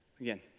Again